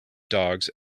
dogs